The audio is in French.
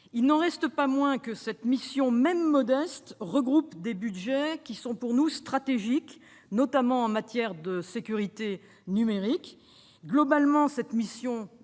Il n'en reste pas moins que cette mission, même modeste, regroupe des budgets qui sont à nos yeux stratégiques, notamment en matière de sécurité numérique. Dans l'ensemble,